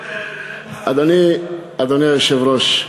אדוני היושב-ראש,